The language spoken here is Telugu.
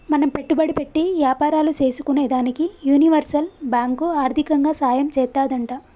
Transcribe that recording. మనం పెట్టుబడి పెట్టి యాపారాలు సేసుకునేదానికి యూనివర్సల్ బాంకు ఆర్దికంగా సాయం చేత్తాదంట